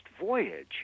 voyage